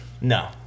No